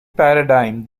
paradigm